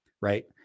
Right